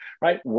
Right